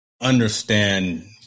understand